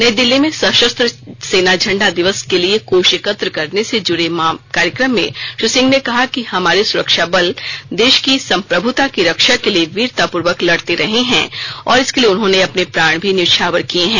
नई दिल्ली में सशस्त्रह सेना झंडा दिवस के लिए कोष एकत्र करने से जुड़े कार्यक्रम में श्री सिंह ने कहा कि हमारे सुरक्षा बल देश की संप्रभुता की रक्षा के लिए वीरतापुर्वक लडते रहे हैं और इसके लिए उन्होंने अपने प्राण भी न्यौछावर किए हैं